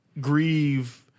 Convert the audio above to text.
Grieve